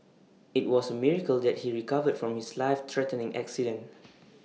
IT was A miracle that he recovered from his life threatening accident